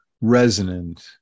resonant